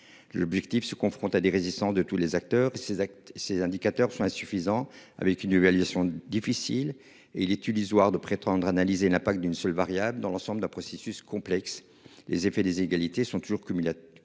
L'objectif se confronte à des résistants de tous les acteurs et ses actes. Ces indicateurs sont insuffisants. Avec une évaluation difficile et il est illusoire de prétendre analyser l'impact d'une seule variable dans l'ensemble de processus complexe les effets des égalités sont toujours comme il